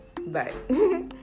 Bye